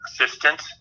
assistant